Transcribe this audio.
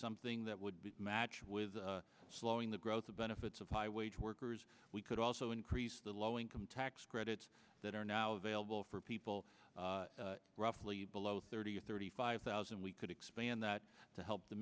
something that would be matched with slowing the growth of benefits of high wage workers we could also increase the low income tax credits that are now available for people roughly below thirty or thirty five thousand and we could expand that to help the